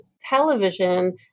television